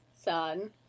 son